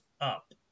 up